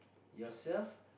yourself